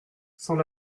cent